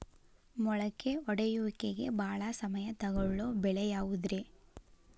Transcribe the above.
ಮೊಳಕೆ ಒಡೆಯುವಿಕೆಗೆ ಭಾಳ ಸಮಯ ತೊಗೊಳ್ಳೋ ಬೆಳೆ ಯಾವುದ್ರೇ?